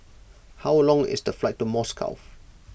how long is the flight to Moscow